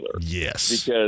Yes